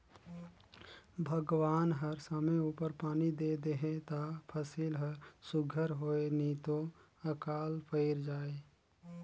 भगवान हर समे उपर पानी दे देहे ता फसिल हर सुग्घर होए नी तो अकाल पइर जाए